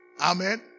Amen